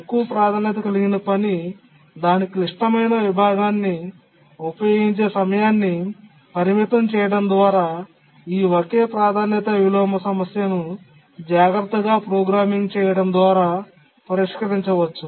తక్కువ ప్రాధాన్యత కలిగిన పని దాని క్లిష్టమైన విభాగాన్ని ఉపయోగించే సమయాన్ని పరిమితం చేయడం ద్వారా ఈ ఒకే ప్రాధాన్యత విలోమ సమస్యను జాగ్రత్తగా ప్రోగ్రామింగ్ చేయడం ద్వారా పరిష్కరించవచ్చు